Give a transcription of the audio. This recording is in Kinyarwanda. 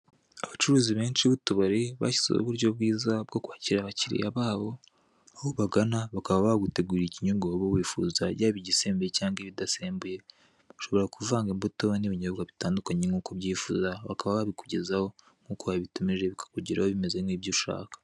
Abacuruzi benshi b' utubari bashyizeho uburyo bwiza bwo kwakira abakiriya babo aho ubagana bakaba bagutegurira ikinyobwa wifuza yaba igisembuye cyangwa ikidasembuye ushobora kuvanga imbuto n' ibinyobwa bitandukanye nk' uko unyifuza bakaba babikugezaho nk' uko wabitumije bika byakugeraho bimeze nk' ibyo ushaka.